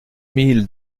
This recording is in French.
mille